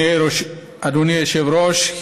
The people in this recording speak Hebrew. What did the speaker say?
אדוני היושב-ראש,